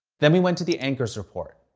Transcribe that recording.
then we went to the anchors report.